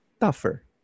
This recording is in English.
tougher